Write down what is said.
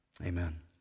Amen